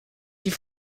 die